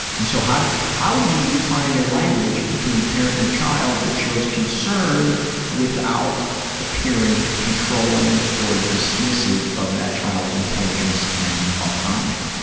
and so, how do how do you find a language between the parent and the child that shows concern without appearing controlling controlling or dismissive of that child's intelligence and autonomy?